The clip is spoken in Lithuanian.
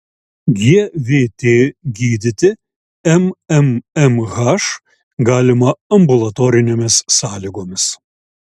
gvt gydyti mmmh galima ambulatorinėmis sąlygomis